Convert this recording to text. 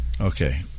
Okay